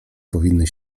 powinny